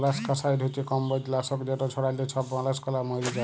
molluscicide হছে কমবজ লাসক যেট ছড়াল্যে ছব মলাসকালা ম্যইরে যায়